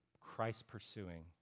christ-pursuing